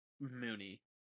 Mooney